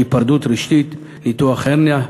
היפרדות רשתית וניתוח הרנייה.